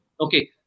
Okay